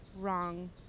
wrong